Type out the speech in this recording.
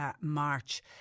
March